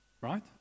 Right